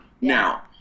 now